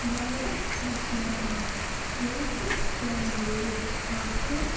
واریاہ خۄش لَگان ییٚلہِ کٲنٛسہِ گیٚوَن وٲلۍ چھِ آسان